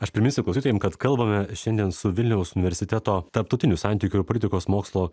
aš priminsiu klausytojam kad kalbame šiandien su vilniaus universiteto tarptautinių santykių ir politikos mokslo